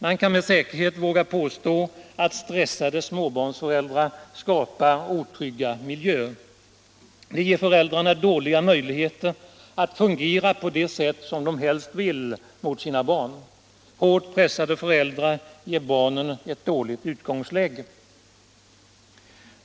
Man kan med säkerhet våga påstå att stressade småbarnsföräldrar skapar otrygga miljöer. Det ger föräldrarna dåliga möjligheter att fungera på det sätt som de helst vill mot sina barn. Hårt pressade föräldrar ger barnen ett dåligt utgångsläge.